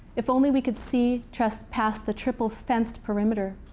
if only we could see just pass the triple fenced perimeter,